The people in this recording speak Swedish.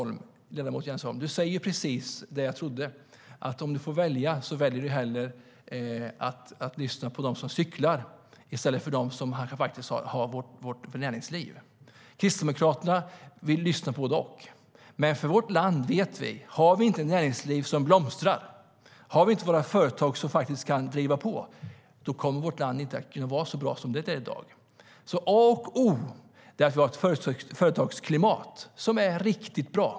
Ledamot Jens Holm, du säger precis det jag trodde: Om du får välja lyssnar du hellre på dem som cyklar i stället för dem som driver vårt näringsliv. Kristdemokraterna vill lyssna på båda parter, för vi vet att vårt land inte kommer att kunna vara så bra som det är i dag om vi inte har ett näringsliv som blomstrar och om vi inte har våra företag som kan driva på. A och O är alltså att ha ett företagsklimat som är riktigt bra.